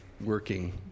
working